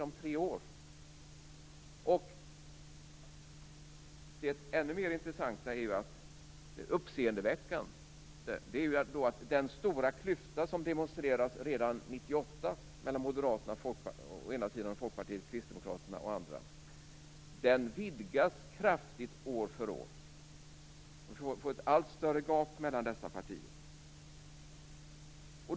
Men det verkligt uppseendeväckande är ju att den stora klyfta som demonstreras redan 1998 mellan Moderaterna å ena sidan och Folkpartiet och Kristdemokraterna å den andra sidan vidgas kraftigt år för år. Det blir ett allt större gap mellan dessa partier.